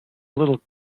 little